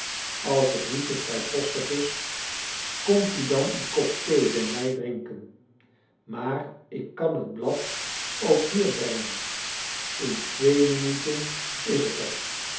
als t niet te vrijpostig is komt u dan een kop thee bij mij drinken maar ik kan het blad ook hier brengen in twee minuten is t er